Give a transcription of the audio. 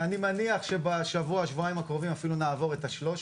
אני מניח שבשבוע-שבועיים הקרובים אפילו נעבור את ה-300.